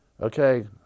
okay